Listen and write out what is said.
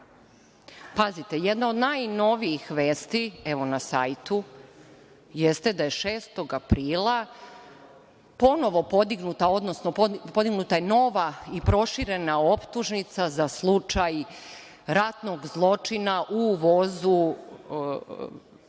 vremena. Jedna od najnovijih vesti, evo na sajtu, jeste da je 6. aprila ponovo podignuta nova i proširena optužnica za slučaj ratnog zločina u vozu na